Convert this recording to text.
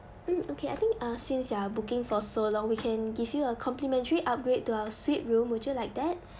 mm okay I think uh since you are booking for so long we can give you a complimentary upgrade to our suite room would you like that